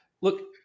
look